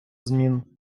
змін